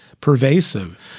pervasive